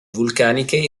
vulcaniche